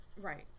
Right